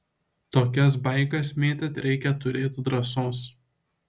tokias baikas mėtyt reikia turėt drąsos